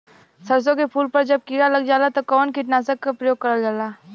सरसो के फूल पर जब किड़ा लग जाला त कवन कीटनाशक क प्रयोग करल जाला?